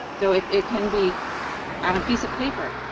so, it it can be on a piece of paper,